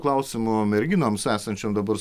klausimų merginoms esančiom dabar